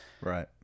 Right